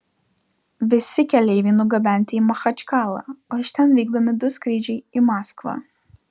visi keleiviai nugabenti į machačkalą o iš ten vykdomi du skrydžiai į maskvą